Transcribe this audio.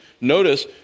Notice